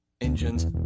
engines